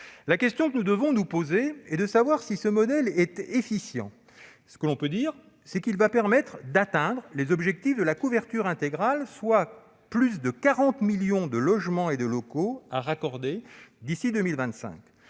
La question que nous devons nous poser est de savoir si ce modèle est efficient. Ce que l'on peut dire, c'est qu'il va permettre d'atteindre les objectifs de la couverture intégrale, soit plus de 40 millions de logements et de locaux à raccorder d'ici à 2025.